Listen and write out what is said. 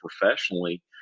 professionally